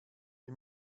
die